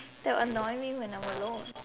that will annoy me when I'm alone